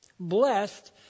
Blessed